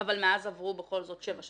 אבל מאז עברו בכל זאת שבע שנים.